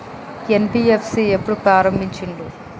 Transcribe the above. NBFC ఎప్పుడు ప్రారంభించిల్లు?